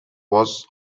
was